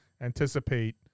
anticipate